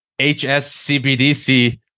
HSCBDC